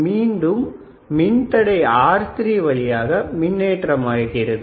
மீண்டும் மின்தடை R3 வழியாக மின்னேற்றம் ஆகிறது